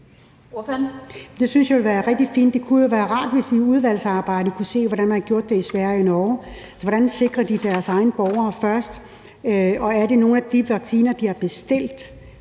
Det synes jeg ville være rigtig fint. Det kunne jo være rart, hvis vi i udvalgsarbejdet kunne se, hvordan man har gjort det i Sverige og Norge. Hvordan sikrer de deres egne borgere først? Og er det nogle af de vacciner, de har bestilt,